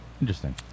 Interesting